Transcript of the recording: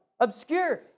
Obscure